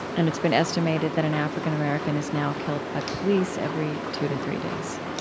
and it's been estimated that an african american is now killed by police every two to three days.